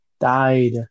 died